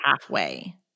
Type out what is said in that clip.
halfway